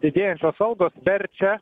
didėjančios algos verčia